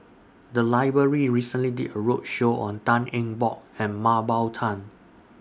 The Library recently did A roadshow on Tan Eng Bock and Mah Bow Tan